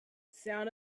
sound